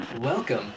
Welcome